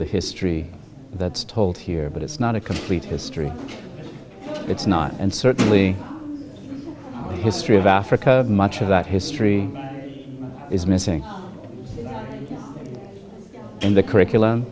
the history that's told here but it's not a complete history it's not and certainly the history of africa much of that history is missing in the curriculum